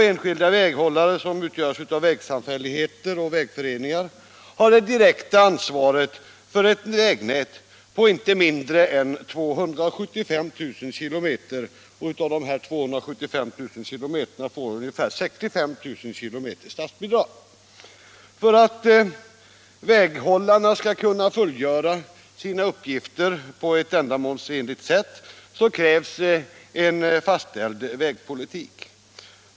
Enskilda väghållare som utgörs av vägsamfälligheter och vägföreningar har det direkta ansvaret för ett vägnät på inte mindre än 275 000 km, och av dessa utgår statsbidrag till ungefär 65 000 km. För att väghållarna skall kunna fullgöra sina uppgifter på ett ändamålsenligt sätt krävs en fastställd vägpolitik.